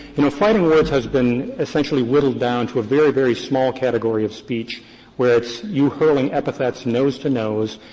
you know, fighting words has been essentially whittled down to a very, very small category of speech where it's you hurling epithets, nose to nose,